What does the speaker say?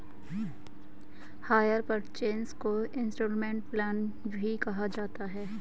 higher purchase को instalment plan भी कहा जाता है